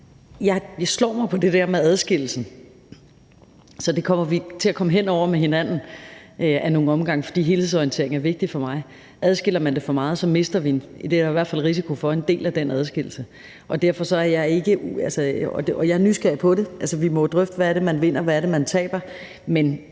Jeg slår mig på det der med adskillelsen, så det kommer vi til at komme hen over med hinanden af nogle omgange, fordi helhedsorientering er vigtig for mig. Adskiller man det for meget, mister vi – det er der i hvert fald en risiko for – en del af den adskillelse, og jeg er